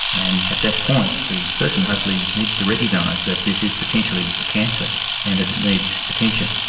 and at that point the person hopefully needs to recognise that this is potentially a cancer and that it needs attention.